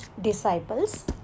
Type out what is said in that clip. disciples